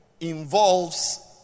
involves